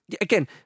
again